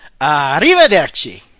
Arrivederci